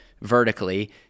vertically